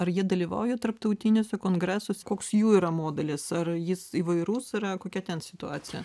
ar jie dalyvauja tarptautiniuose kongresuos koks jų yra modelis ar jis įvairus yra kokia ten situacija